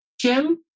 Jim